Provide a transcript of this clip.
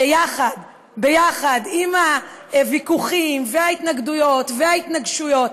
שיחד עם הוויכוחים, ההתנגדויות וההתנגשויות,